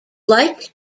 like